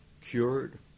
cured